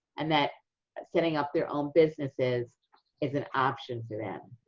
and that setting up their own businesses is an option for them.